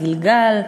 גלגל,